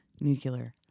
nuclear